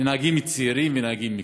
אלכוהול לנהגים צעירים ולנהגים מקצועיים.